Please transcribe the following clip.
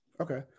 Okay